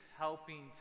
helping